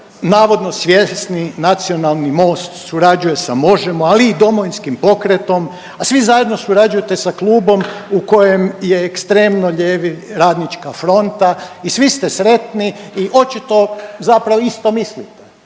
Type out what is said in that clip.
navodno svjesni nacionalni Most surađuje sa Možemo, ali i Domovinskim pokretom, a svi zajedno surađujete sa klubom u kojem je ekstremno lijevi, Radnička fronta i svi ste sretni i očito zapravo isto mislite.